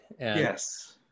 Yes